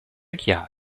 chiaro